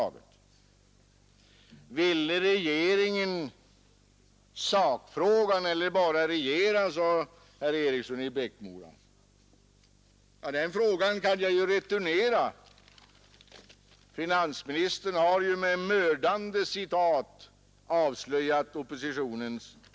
Skulle då inte många här, som är mycket klokare, också kunna begripa det? Skall man underbalansera budgeten för att klara upp detta?